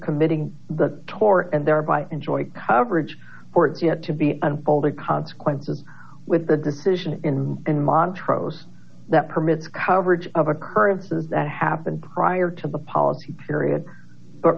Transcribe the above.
committing that tore and thereby enjoyed coverage for it yet to be unfolded consequences with the decision in montrose that permits coverage of occurrences that happened prior to the policy period but